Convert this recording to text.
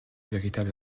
véritable